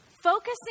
Focusing